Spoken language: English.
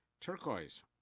Turquoise